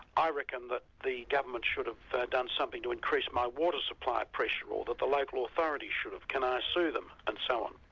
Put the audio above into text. i reckon that the government should ah have done something to increase my water supply pressure, or that the local authority should have can i sue them? and so on.